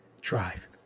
Drive